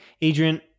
Adrian